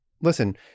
listen